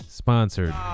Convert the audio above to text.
sponsored